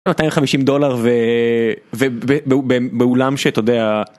250 דולר ובאולם שאתה יודע.